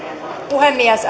puhemies